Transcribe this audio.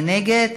מי נגד?